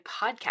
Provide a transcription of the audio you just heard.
Podcast